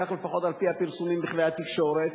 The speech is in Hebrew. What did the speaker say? כך לפחות על-פי הפרסומים בכלי התקשורת,